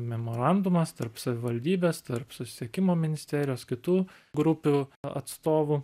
memorandumas tarp savivaldybės tarp susisiekimo ministerijos kitų grupių atstovų